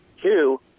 Two